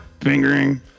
Fingering